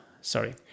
Sorry